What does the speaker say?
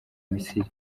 misiri